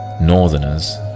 northerners